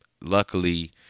luckily